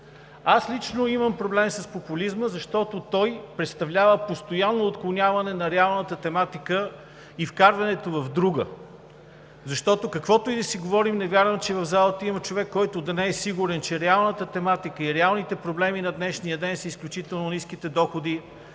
Аз лично имам проблем с популизма, защото представлява постоянно отклоняване на реалната тематика и вкарването в друга. Каквото и да си говорим, не вярвам, че в залата има човек, който да не е сигурен, че реалната тематика и реалните проблеми на днешния ден са изключително ниските доходи,